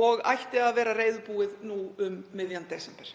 Það ætti að vera reiðubúið nú um miðjan desember.